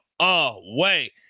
away